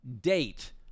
date